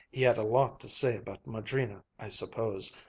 he had a lot to say about madrina, i suppose.